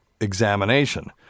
examination